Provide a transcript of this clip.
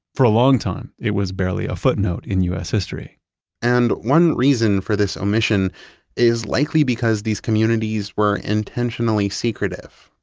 for a long time, it was barely a footnote in us history and one reason for this omission is likely because these communities were intentionally secretive,